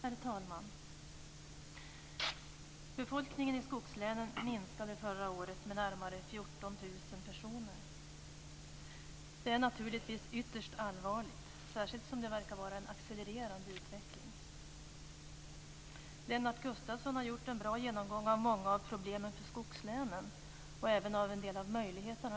Herr talman! Befolkningen i skogslänen minskade förra året med närmare 14 000 personer. Det är naturligtvis ytterst allvarligt, särskilt som det verkar vara en accelererande utveckling. Lennart Gustavsson har gjort en bra genomgång av många av problemen för skogslänen, och även av en del av möjligheterna.